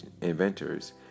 inventors